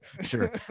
sure